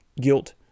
guilt